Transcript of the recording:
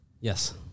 Yes